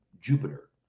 Jupiter